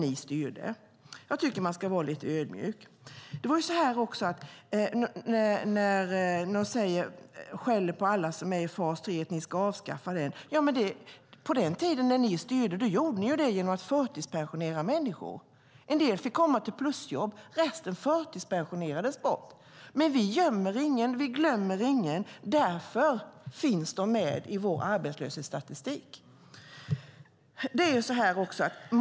Jag tycker alltså att man ska vara lite ödmjuk. Ni skäller på fas 3 och säger att den måste avskaffas. Men då ni styrde gjorde ni det genom att förtidspensionera människor. En del fick komma till plusjobb, men resten förtidspensionerades bort. Vi gömmer ingen, och vi glömmer ingen. Därför finns de med i vår arbetslöshetsstatistik.